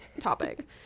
topic